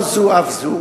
לא זו אף זו,